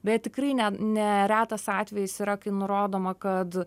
bet tikrai ne neretas atvejis yra kai nurodoma kad